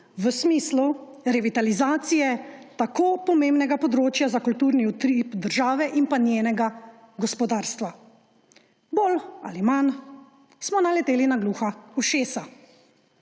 v smislu revitalizacije tako pomembnega področja za kulturni utrip države in pa njenega gospodarstva. Bolj ali manj smo naleteli na gluha ušesa,